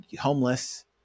homeless